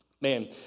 Man